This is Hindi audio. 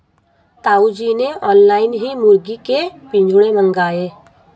ताऊ जी ने ऑनलाइन ही मुर्गी के पिंजरे मंगाए